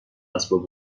اسباب